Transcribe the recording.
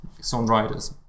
songwriters